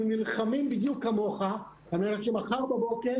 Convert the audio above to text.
אנחנו נלחמים בדיוק כמוך כדי שמחר בבוקר